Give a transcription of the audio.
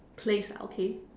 place ah okay